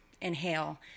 inhale